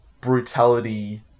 brutality